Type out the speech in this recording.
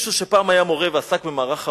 מישהו שפעם היה מורה ועבד במערך ההוראה,